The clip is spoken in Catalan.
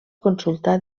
consultar